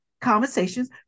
conversations